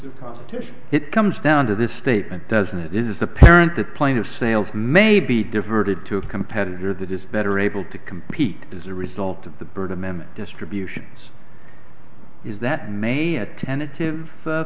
of competition it comes down to this statement doesn't it is apparent the plane of sales may be diverted to a competitor that is better able to compete as a result of the bird m m distributions is that maybe a tentative